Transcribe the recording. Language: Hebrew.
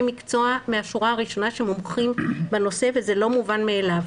מקצוע משורה הראשונה של מומחים בנושא וזה לא מובן מאליו.